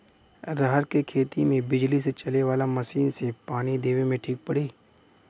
रहर के खेती मे बिजली से चले वाला मसीन से पानी देवे मे ठीक पड़ी?